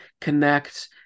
connect